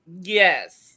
yes